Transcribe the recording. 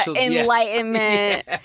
enlightenment